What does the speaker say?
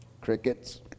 Crickets